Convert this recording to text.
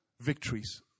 victories